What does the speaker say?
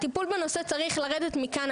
הטיפול בנושא צריך לרדת מכאן.